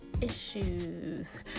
issues